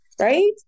right